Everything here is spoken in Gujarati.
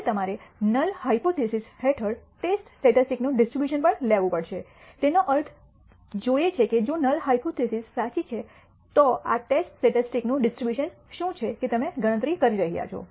હવે તમારે નલ હાયપોથીસિસ હેઠળ ટેસ્ટ સ્ટેટિસ્ટિક્સ નું ડિસ્ટ્રીબ્યુશન પણ લેવું પડશેતેનો અર્થ જોએ છે કે જો નલ હાયપોથીસિસ સાચી છે તો આ ટેસ્ટ સ્ટેટિસ્ટિક્સ નું ડિસ્ટ્રીબ્યુશન શું છે કે તમે ગણતરી કરી રહ્યા છો